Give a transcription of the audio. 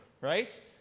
Right